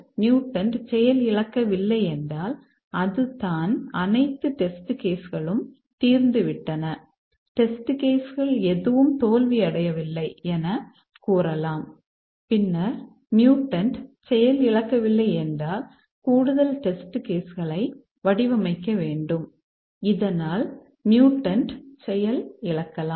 mutated செயல் இழக்கலாம்